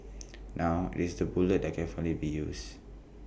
now IT is the bullet that can finally be used